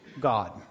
God